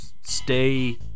stay